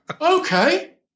okay